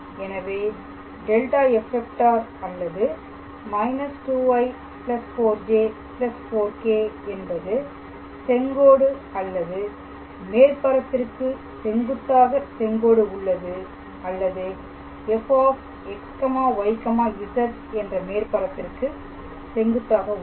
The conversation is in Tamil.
எனவே ∇⃗⃗ f அல்லது −2i 4j 4k என்பது செங்கோடு அல்லது மேற்பரப்பிற்கு செங்குத்தாக செங்கோடு உள்ளது அல்லது fxyz என்ற மேற்பரப்பிற்கு செங்குத்தாக உள்ளது